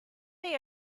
they